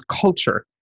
culture